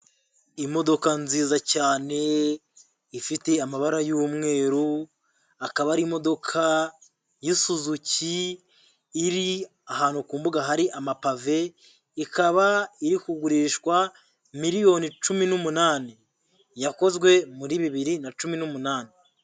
Imodoka nziza cyane, ifite amabara y'umweru, akaba ari imodoka y'isuzuki, iri ahantu ku mbuga hari amapave, ikaba iri kugurishwa miliyoni cumi n'umunani. Yakozwe muri bibiri na cumi n'umunani.